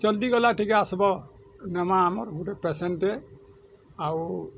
ଜଲ୍ଦି ଗଲା ଟିକେ ଆସ୍ବ ନାଇଁମ ଆମର୍ ଗୁଟେ ପେସେଣ୍ଟ୍ଟେ ଆଉ